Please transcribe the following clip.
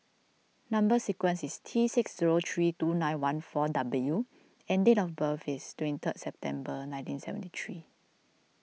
Number Sequence is T six zero three two nine one four W and date of birth is twenty third September nineteen seventy three